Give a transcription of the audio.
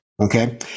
Okay